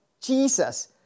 Jesus